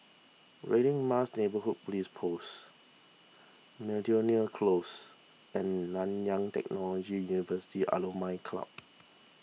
Radin Mas Neighbourhood Police Post Miltonia Close and Nanyang Technology University Alumni Club